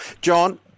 John